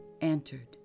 entered